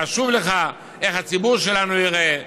חשוב לך איך הציבור שלנו ייראה?